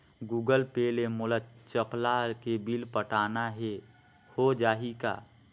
Google Pay ले मोल चपला के बिल पटाना हे, हो जाही का?